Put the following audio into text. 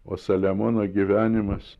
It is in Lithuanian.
o saliamono gyvenimas